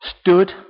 stood